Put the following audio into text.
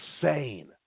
insane